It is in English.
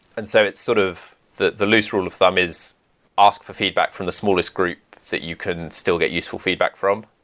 and so sort of the the lose rule of thumb is ask for feedback from the smallest group that you can still get useful feedback from.